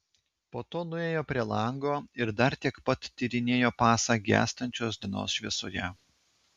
po to nuėjo prie lango ir dar tiek pat tyrinėjo pasą gęstančios dienos šviesoje